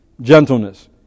gentleness